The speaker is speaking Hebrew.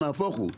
נהפוך הוא,